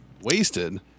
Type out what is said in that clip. Wasted